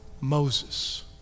Moses